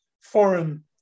foreign